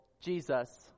Jesus